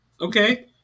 Okay